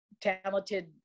talented